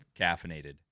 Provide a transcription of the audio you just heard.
caffeinated